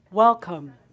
Welcome